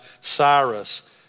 Cyrus